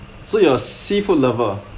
so you are a seafood lover